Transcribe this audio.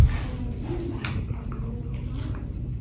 but i do know of an old palace.